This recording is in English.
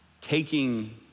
taking